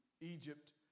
Egypt